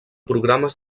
programes